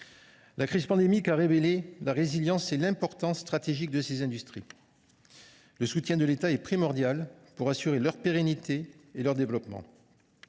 La crise pandémique a révélé la résilience et l’importance stratégique de ces industries. Le soutien de l’État est primordial pour assurer leur pérennité et leur développement.